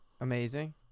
Amazing